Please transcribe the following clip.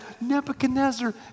Nebuchadnezzar